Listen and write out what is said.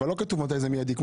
אבל לא כתוב מתי זה מיידי.